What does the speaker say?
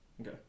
Okay